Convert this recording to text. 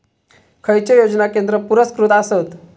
खैचे योजना केंद्र पुरस्कृत आसत?